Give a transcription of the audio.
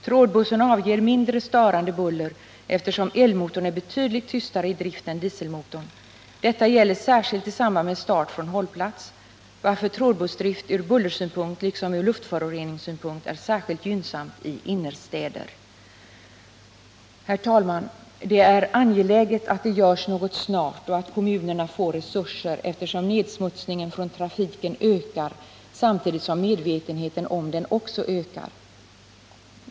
Trådbussen avger mindre störande buller, eftersom elmotorn är betydligt tystare än dieselmotorn. Detta gäller särskilt i samband med start från hållplats, varför trådbussdrift från bullersynpunkt liksom från luftföroreningssynpunkt är särskilt gynnsam i innerstäder. Herr talman! Det är angeläget att det görs något snart och att kommunerna får resurser, eftersom nedsmutsningen från trafiken ökar — samtidigt som också medvetenheten därom ökar.